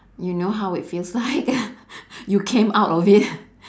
you know how it feels like you came out of it